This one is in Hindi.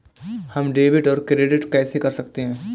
हम डेबिटऔर क्रेडिट कैसे कर सकते हैं?